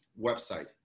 website